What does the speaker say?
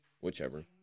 whichever